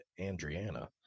andriana